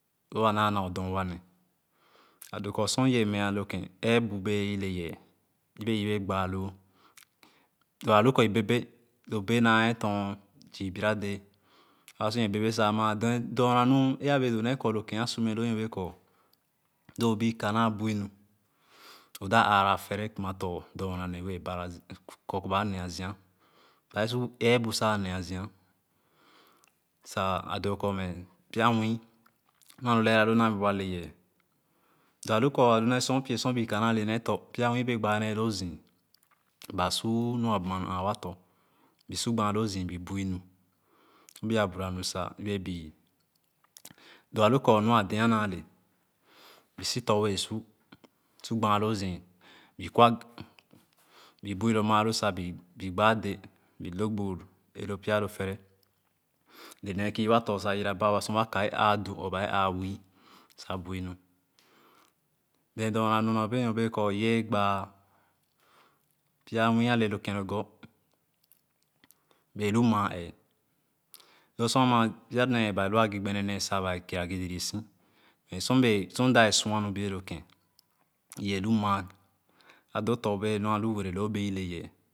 Lo a na nordum wa ne a doo kor sor ìbee meah lo yén eebu bee ìleyee yebe iì bƐƐ gbaa loo lo a lu kor i bèbèbè lo bè na ee tom zoo bira dƐƐ a ba sor ìbèbèbè sa ama doma nu eéh abee doo ne kor lo kèn a su meloo nyɔne bee kor doo bui ka na buìnor o dap aara fɛrɛ kuma tɔ̃ pya nwiì bɛɛ gbaa nee loozìi ba su nu a buma nu ãã watɔ̃ bui su gbaa loo zìì be buinor sor buì buranu sa yebe bɛɛ lo a lu kor nu a dɛá naale bui sitɔ̃ wɛɛ su buì su gbaa loo zii bui kwa bì buì loo maalo sa bi gbaa dɛ bui log bu pya lo fɛrɛ a nee kiiwatɔ̃ sa yera baa sor waka éèh ää du or ba ëëh ää wii sa buì nor ye dorna nu naa bee kor ìyee gbaa pya nwii a le lokèn logor i bee lu ma ɛh lo so ama pya nee ba iva gò gbenenee sa bi kiiragò zù ziìsi mɛ sorda bee sua nu bòe loge ì yee lu maa a do tɔ̃ nu a lu wereloo bee ìle yeeh.